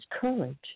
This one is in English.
courage